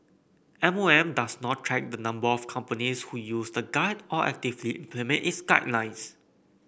M O M does not track the number of companies who use the guide or actively implement its guidelines